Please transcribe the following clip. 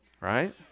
Right